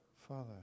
Father